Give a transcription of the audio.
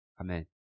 Amen